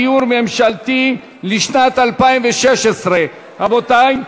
דיור ממשלתי לשנת 2016. רבותי,